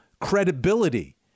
credibility